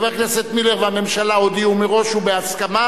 חבר הכנסת מילר והממשלה הודיעו מראש ובהסכמה,